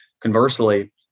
conversely